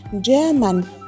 German